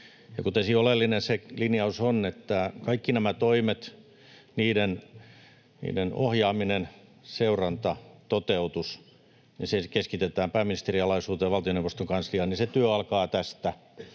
Kuten se oleellinen linjaus on, niin kaikki nämä toimet, niiden ohjaaminen, seuranta ja toteutus, keskitetään pääministerin alaisuuteen valtioneuvoston kansliaan, ja se työ alkaa tästä.